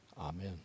Amen